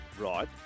Right